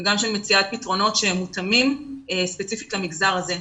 וגם במציאת פתרונות מותאמים ספציפית למגזר הזה.